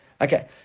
Okay